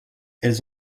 elles